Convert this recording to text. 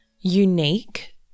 unique